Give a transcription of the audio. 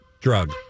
Drug